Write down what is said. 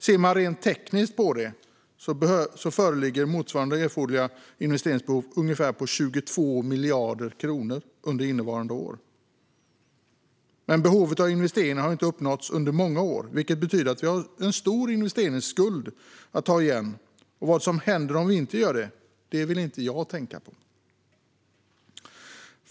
Ser man rent tekniskt på det motsvarar det erforderliga investeringsbehovet ungefär 22 miljarder kronor under innevarande år. Men behovet av investeringar har under många år inte tillgodosetts, vilket betyder att vi har en stor investeringsskuld att ta igen. Vad som händer om vi inte gör det vill jag inte tänka på.